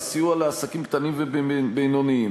לסיוע לעסקים קטנים ובינוניים,